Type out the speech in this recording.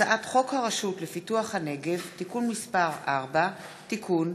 הצעת חוק הרשות לפיתוח הנגב (תיקון מס' 4) (תיקון)